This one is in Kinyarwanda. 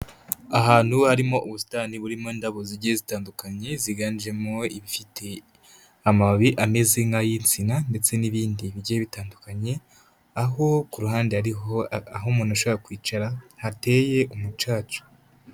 Ahantu harimo ubusitani burimo indabo zigiye zitandukanye ziganjemo ibifite amababi ameze nk'ay'insina ndetse n'ibindi bigiye bitandukanye, aho ku ruhande hariho aho umuntu ashobora kwicara hateye umucaca.